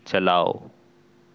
چلاؤ